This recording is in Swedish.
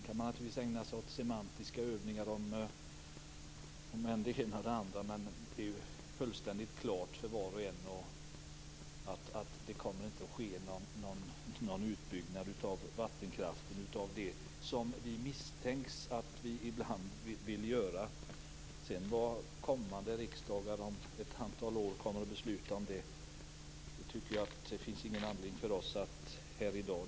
Sedan kan man ägna sig åt semantiska övningar om det ena och det andra, men det är fullständigt klart för var och en att det inte kommer att ske någon utbyggnad av vattenkraften - vi misstänks ju ibland för att vilja det. Vad kommande riksdagar kommer att besluta om ett antal år finns det inte någon anledning för oss att diskutera här i dag.